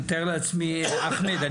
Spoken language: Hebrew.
אחמד,